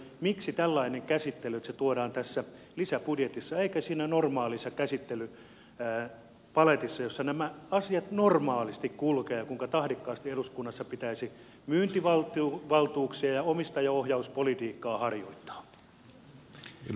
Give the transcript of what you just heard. miksi tällainen käsittely että se tuodaan tässä lisäbudjetissa eikä siinä normaalissa käsittelypaletissa jossa nämä asiat normaalisti kulkevat ja jolla tavalla tahdikkaasti eduskunnassa pitäisi myyntivaltuuksia ja omistajaohjauspolitiikkaa harjoittaa